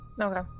okay